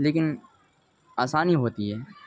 لیکن آسانی ہوتی ہے